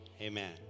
Amen